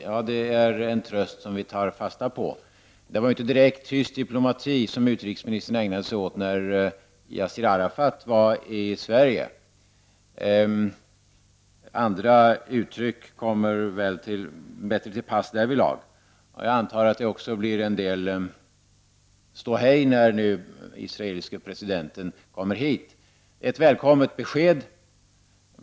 Ja, det är en tröst som vi tar fasta på. Det var inte direkt tyst diplomati som utrikesministern ägnade sig åt när Yassir Arafat var i Sverige. Andra uttryck kommer väl bättre till pass därvidlag. Jag antar att det också blir en del ståhej nu när Israels president kommer hit. Det är ett välkommet besked.